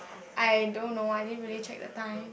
I don't know I didn't really check the time